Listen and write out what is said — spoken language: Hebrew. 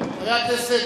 חברי הכנסת,